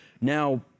now